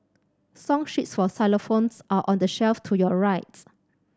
song sheets for xylophones are on the shelf to your right